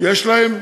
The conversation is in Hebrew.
יש להם?